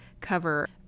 cover